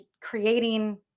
creating